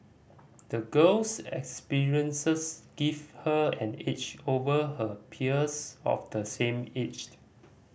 the girl's experiences gave her an edge over her peers of the same age